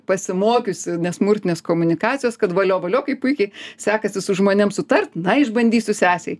pasimokiusi nesmurtinės komunikacijos kad valio valio kaip puikiai sekasi su žmonėm sutart na išbandytu sesei